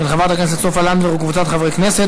של חברת הכנסת סופה לנדבר וקבוצת חברי הכנסת.